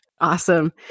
Awesome